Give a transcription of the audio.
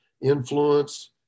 influence